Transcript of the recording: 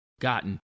gotten